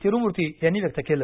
तिरुमूर्ती यांनी व्यक्त केलं